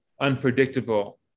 unpredictable